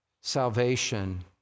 Salvation